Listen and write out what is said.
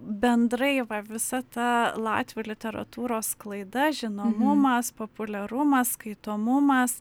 bendrai visa ta latvių literatūros sklaida žinomumas populiarumas skaitomumas